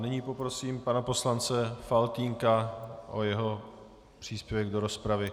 Nyní poprosím pana poslance Faltýnka o jeho příspěvek do rozpravy.